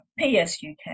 PSUK